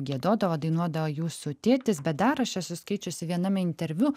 giedodavo dainuodavo jūsų tėtis bet dar aš esu skaičiusi viename interviu